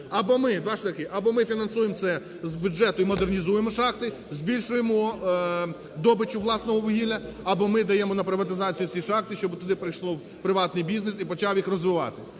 Або ми фінансуємо це з бюджету і модернізуємо шахти, збільшуємо добич власного вугілля. Або ми даємо на приватизацію ці шахти, щоб туди прийшов приватний бізнес і почав їх розвивати.